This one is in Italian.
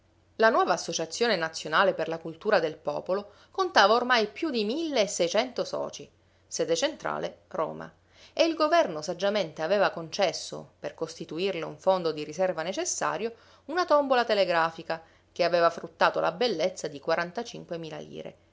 la nuova associazione nazionale per la cultura del popolo contava ormai più di mille e seicento soci sede centrale roma e il governo saggiamente aveva concesso per costituirle un fondo di riserva necessario una tombola telegrafica che aveva fruttato la bellezza di quarantacinque mila lire